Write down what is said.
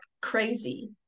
crazy